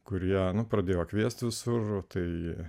kurie pradėjo kviestis už tai